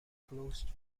closed